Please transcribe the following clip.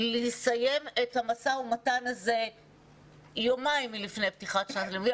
לסיים את המשא-ומתן הזה יומיים לפני פתיחת שנת הלימודים,